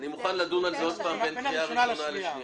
אני מוכן לדון על זה שוב בין הקריאה הראשונה לשנייה.